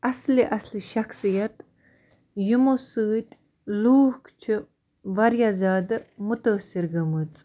اصلہِ اصلہِ شَخصیت یِمو سۭتۍ لوٗکھ چھِ واریاہ زیادٕ متٲثر گٔمِتۍ